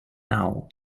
now